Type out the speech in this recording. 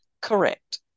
Correct